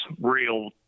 real